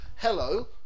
hello